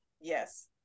Yes